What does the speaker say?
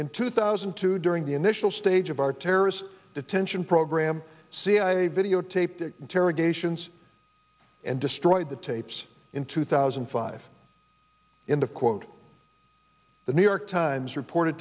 in two thousand and two during the initial stage of our terrorist detention program cia videotaped interrogations and destroyed the tapes in two thousand and five in the quote the new york times reporte